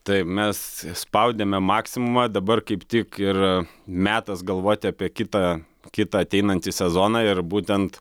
tai mes išspaudėme maksimumą dabar kaip tik ir metas galvoti apie kitą kitą ateinantį sezoną ir būtent